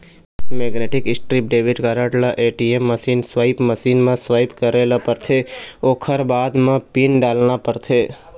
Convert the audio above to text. magnetic strip debit card ल ATM machine, swipe machine म swipe करे ल परथे ओखर बाद म पिन डालना परथे